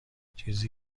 چیزی